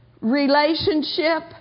relationship